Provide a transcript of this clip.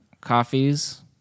coffees